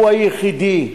הוא היחידי,